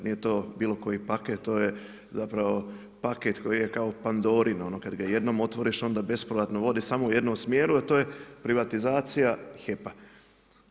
Nije to bilo koji paket, to je zapravo paket koji je kao Pandorina, ono kad ga jednom otvoriš, onda bespovratno vodi samo u jednom smjeru a to je privatizacija HEP-a.